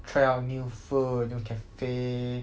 try out new food new cafe